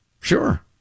Sure